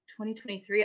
2023